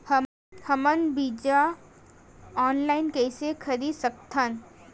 हमन बीजा ऑनलाइन कइसे खरीद सकथन?